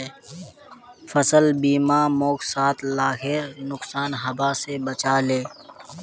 फसल बीमा मोक सात लाखेर नुकसान हबा स बचा ले